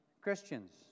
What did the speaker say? Christians